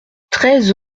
treize